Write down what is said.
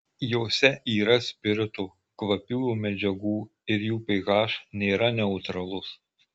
jose yra spirito kvapiųjų medžiagų ir jų ph nėra neutralus